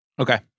Okay